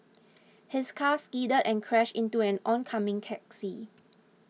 his car skidded and crashed into an oncoming taxi